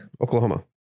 Oklahoma